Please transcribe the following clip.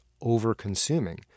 over-consuming